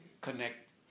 connect